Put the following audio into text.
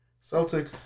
Celtic